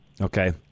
Okay